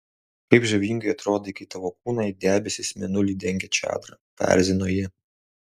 kaip žavingai atrodai kai tavo kūną it debesis mėnulį dengia čadra paerzino ji